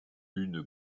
une